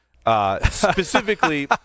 Specifically